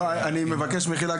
אני מבקש מחילה,